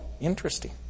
interesting